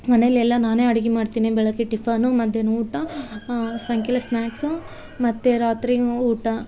ಮನೇಯಲ್ ಎಲ್ಲ ನಾನೇ ಅಡಿಗೆ ಮಾಡ್ತಿನಿ ಬೆಳಗ್ಗೆ ಟಿಫಾನು ಮಧ್ಯಾಹ್ನ ಊಟ ಸಾಯಂಕಾಲ ಸ್ನ್ಯಾಕ್ಸು ಮತ್ತು ರಾತ್ರಿಗೂ ಊಟ